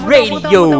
Radio